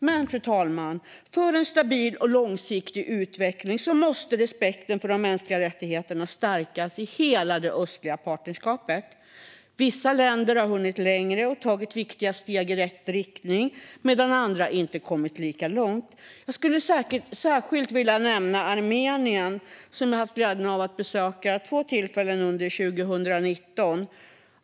Men, fru talman, för att det ska bli en stabil och långsiktig utveckling måste respekten för de mänskliga rättigheterna stärkas i hela det östliga partnerskapet. Vissa länder har hunnit längre och har tagit viktiga steg i rätt riktning medan andra inte har kommit lika långt. Jag skulle särskilt vilja nämna Armenien, som jag har haft glädjen att besöka vid två tillfällen under 2019.